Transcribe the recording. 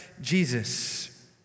Jesus